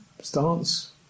stance